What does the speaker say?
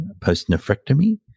post-nephrectomy